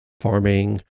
Farming